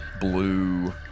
blue